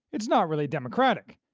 it's not really democratic,